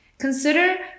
consider